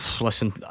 Listen